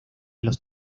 los